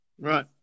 right